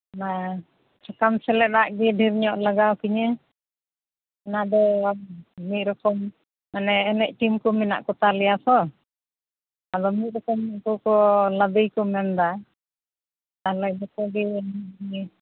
ᱵᱟᱝ ᱥᱟᱠᱟᱢ ᱥᱮᱞᱮᱫᱟᱜ ᱜᱮ ᱰᱷᱮᱨᱧᱚᱜ ᱞᱟᱜᱟᱣ ᱠᱤᱧᱟᱹ ᱚᱱᱟ ᱫᱚ ᱢᱤᱫ ᱨᱚᱠᱚᱢ ᱢᱟᱱᱮ ᱮᱱᱮᱡ ᱴᱤᱢ ᱠᱚ ᱢᱮᱱᱟᱜ ᱠᱚᱛᱟᱞᱮᱭᱟ ᱛᱚ ᱟᱫᱚ ᱢᱤᱫ ᱨᱚᱠᱚᱢ ᱜᱮ ᱞᱟᱫᱮ ᱠᱚ ᱢᱮᱱ ᱮᱫᱟ ᱛᱟᱦᱚᱞᱮ ᱡᱷᱚᱛᱚ ᱜᱮ ᱢᱤᱫ